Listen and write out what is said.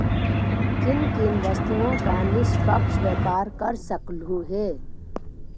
किन किन वस्तुओं का निष्पक्ष व्यापार कर सकलू हे